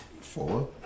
four